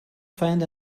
find